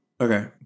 Okay